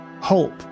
Hope